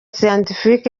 scientific